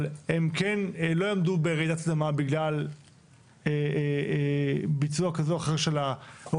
אבל הם לא יעמדו ברעידת אדמה בגלל אי עמידה בתקנים,